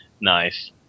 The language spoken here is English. Nice